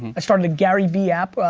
i started the garyvee app,